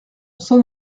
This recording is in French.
sonne